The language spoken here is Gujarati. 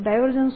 J